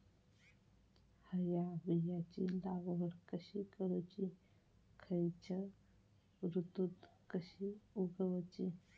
हया बियाची लागवड कशी करूची खैयच्य ऋतुत कशी उगउची?